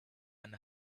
and